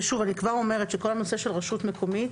ושוב, אני כבר אומרת שכל הנושא של רשות מקומית,